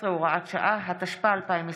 19, הוראת שעה), התשפ"א 2021,